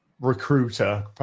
recruiter